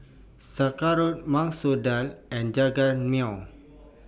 Sauerkraut Masoor Dal and Jajangmyeon